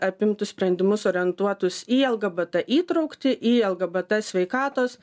apimtų sprendimus orientuotus į lgbt įtraukti į lgbt sveikatos